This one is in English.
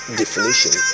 definition